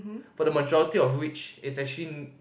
but the majority of which is actually